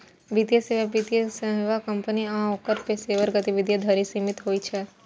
वित्तीय सेवा वित्तीय सेवा कंपनी आ ओकर पेशेवरक गतिविधि धरि सीमित होइ छै